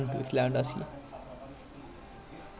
ya hamer is scoring so many goals or something last season